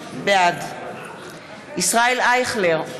בעד ישראל אייכלר,